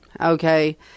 okay